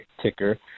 ticker